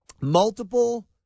multiple